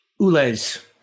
Ulez